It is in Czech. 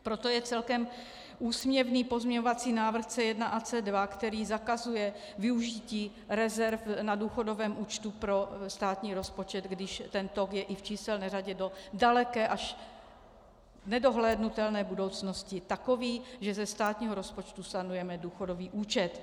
Proto je celkem úsměvný pozměňovací návrh C1 a C2, který zakazuje využití rezerv na důchodovém účtu pro státní rozpočet, když tento je i v číselné řadě do daleké, až nedohlédnutelné budoucnosti takový, že ze státního rozpočtu sanujeme důchodový účet.